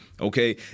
okay